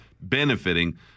benefiting